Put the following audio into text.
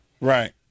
Right